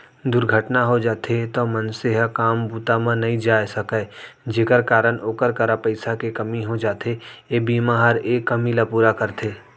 दुरघटना हो जाथे तौ मनसे ह काम बूता म नइ जाय सकय जेकर कारन ओकर करा पइसा के कमी हो जाथे, ए बीमा हर ए कमी ल पूरा करथे